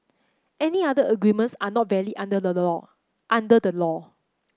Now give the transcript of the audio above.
any other agreements are not valid under the law under the law